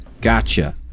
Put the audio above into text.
Gotcha